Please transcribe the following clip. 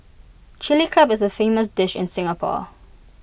Chilli Crab is A famous dish in Singapore